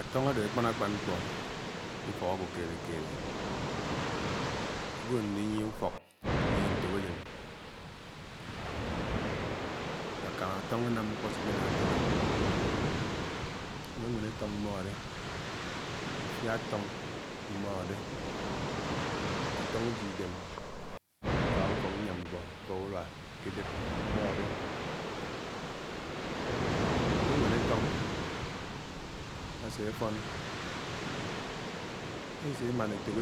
àtóng adé ákpán-ákpán mkpo ke ufọ́k ke ufọk agwo kèlè kèlè. agwo aninyie ùfọ́k inyiè ntòk ajèn akàmà átóng ánám mkpó. Anwéwén àfoñg mmódé, afiá àtóng mmóde, afóng ujie-idem aká ùfọ́k nyám mkpó, ùfọ́k akedép mmọ́dé. Ànwénwén afóng àsé àfón, esémán et’dià